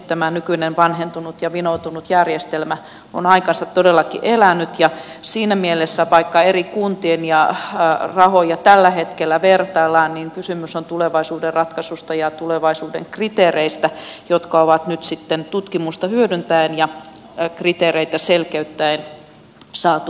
tämä nykyinen vanhentunut ja vinoutunut järjestelmä on aikansa todellakin elänyt ja siinä mielessä vaikka eri kuntien rahoja tällä hetkellä vertaillaan kysymys on tulevaisuuden ratkaisusta ja tulevaisuuden kriteereistä jotka on nyt sitten tutkimusta hyödyntäen ja kriteereitä selkeyttäen saatu tähän esitykseen